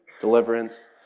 deliverance